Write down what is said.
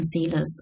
concealers